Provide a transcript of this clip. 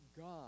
God